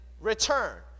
return